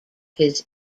his